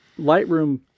Lightroom